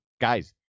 guys